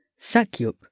Sakyuk